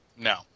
no